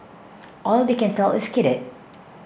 all they can tell is skidded